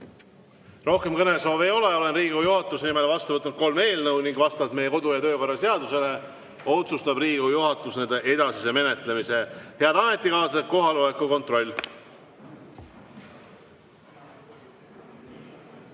Rohkem kõnesoove ei ole. Olen Riigikogu juhatuse nimel vastu võtnud kolm eelnõu ning vastavalt meie kodu- ja töökorra seadusele otsustab Riigikogu juhatus nende edasise menetlemise. Head ametikaaslased, kohaloleku kontroll.